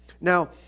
Now